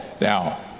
now